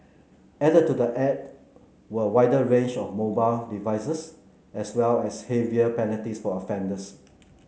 added to the act were a wider range of mobile devices as well as heavier penalties for offenders